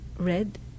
red